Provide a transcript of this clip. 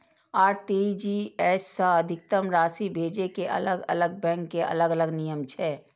RTGS सं अधिकतम राशि भेजै के अलग अलग बैंक के अलग अलग नियम छै